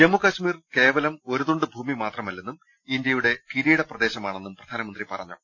ജമ്മു കശ്മീർ കേവലം ഒരു തുണ്ട് ഭൂമി മാത്രമല്ലെന്നും ഇന്ത്യയുടെ കിരീട പ്രദേശമാണെന്നും പ്രധാനമന്ത്രി പറഞ്ഞു